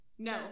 No